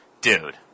Dude